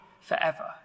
forever